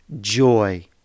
joy